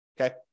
Okay